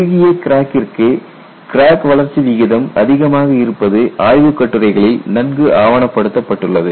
குறுகிய கிராக்கிற்கு கிராக் வளர்ச்சி விகிதம் அதிகமாக இருப்பது ஆய்வுக் கட்டுரைகளில் நன்கு ஆவணப்படுத்தப்பட்டுள்ளது